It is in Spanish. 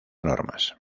normas